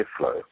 airflow